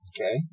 Okay